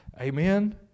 Amen